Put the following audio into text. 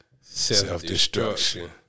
self-destruction